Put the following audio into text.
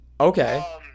Okay